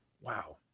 Wow